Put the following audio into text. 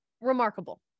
remarkable